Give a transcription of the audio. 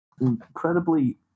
incredibly